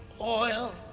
oil